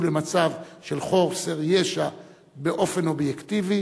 למצב של חוסר ישע באופן אובייקטיבי